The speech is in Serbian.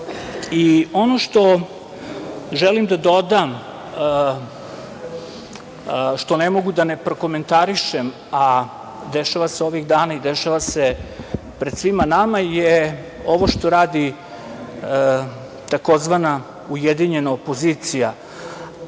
što želim da dodam, što ne mogu da ne prokomentarišem, a dešava se ovih dana i dešava se pred svima nama, ovo što radi takozvana ujedinjena opozicija,